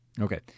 Okay